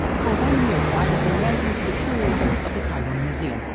for one year i have been writing to the curator of the cairo museum,